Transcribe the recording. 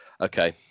Okay